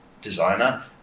designer